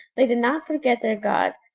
they did not forget their god.